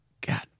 God